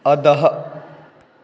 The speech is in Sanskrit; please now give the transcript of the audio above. अधः